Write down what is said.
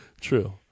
True